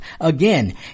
Again